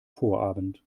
vorabend